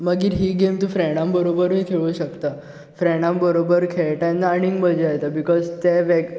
मागीर ही गेम तूं फ्रँडां बरोबरूय खेळूंक शकता फ्रँडां बरोबर खेळटा तेन्ना आनीक मजा येता बिकॉज ते वेग